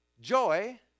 Joy